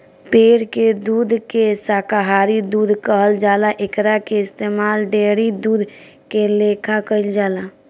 पेड़ के दूध के शाकाहारी दूध कहल जाला एकरा के इस्तमाल डेयरी दूध के लेखा कईल जाला